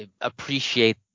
appreciate